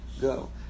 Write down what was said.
go